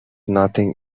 nothing